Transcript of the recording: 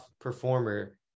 performer